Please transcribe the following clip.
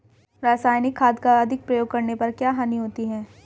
रासायनिक खाद का अधिक प्रयोग करने पर क्या हानि होती है?